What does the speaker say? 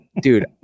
Dude